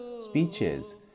speeches